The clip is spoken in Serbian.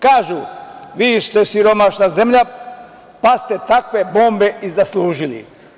Kažu – vi ste siromašna zemlja, pa ste takve bombe i zaslužili.